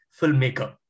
filmmaker